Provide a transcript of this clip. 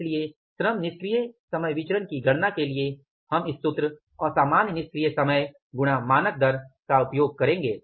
इसलिए श्रम निष्क्रिय समय विचरण की गणना के लिए हम इस सूत्र असामान्य निष्क्रिय समय गुणा मानक दर का उपयोग करेंगे